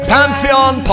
Pantheon